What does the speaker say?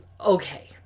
okay